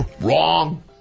Wrong